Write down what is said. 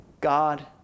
God